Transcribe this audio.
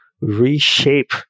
reshape